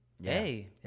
yay